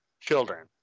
children